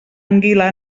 anguila